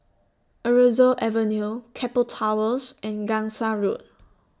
Aroozoo Avenue Keppel Towers and Gangsa Road